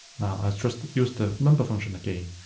now i just use the number function again.